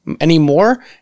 anymore